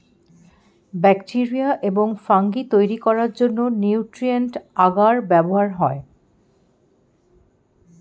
bacteria এবং fungi তৈরি করার জন্য নিউট্রিয়েন্ট আগার ব্যবহার করা হয়